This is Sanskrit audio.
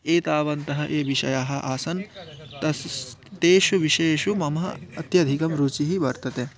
एतावन्तः ये विषयाः आसन् तस्य तेषु विषयेषु मम अत्यधिका रुचिः वर्तते